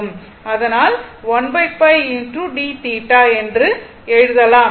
அதனால் 1π d என்று எழுதலாம்